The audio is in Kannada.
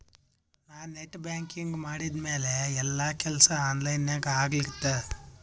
ನಾ ನೆಟ್ ಬ್ಯಾಂಕಿಂಗ್ ಮಾಡಿದ್ಮ್ಯಾಲ ಎಲ್ಲಾ ಕೆಲ್ಸಾ ಆನ್ಲೈನಾಗೇ ಆಗ್ಲಿಕತ್ತಾವ